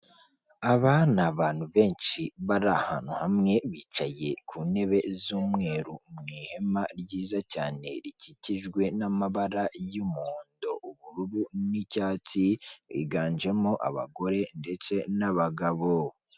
Ikinyabiziga k'ibinyamitende kikoreye kigaragara cyakorewe mu Rwanda n'abagabo batambuka muri iyo kaburimbo n'imodoka nyinshi ziparitse zitegereje abagenzi.